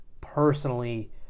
personally